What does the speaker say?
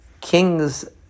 king's